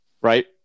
right